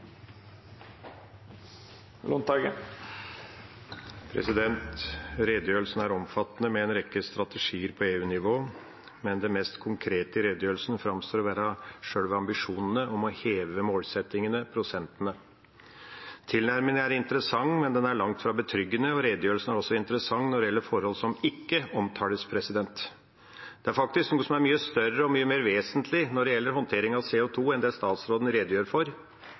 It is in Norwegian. Redegjørelsen er omfattende, med en rekke strategier på EU-nivå, men det mest konkrete i redegjørelsen framstår å være sjølve ambisjonene om å heve målsettingene, prosentene. Tilnærmingen er interessant, men den er langt fra betryggende. Redegjørelsen er også interessant når det gjelder forhold som ikke omtales. Det er faktisk noe som er større og mye mer vesentlig når det gjelder håndtering av CO 2 , enn det statsråden redegjør for,